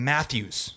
Matthews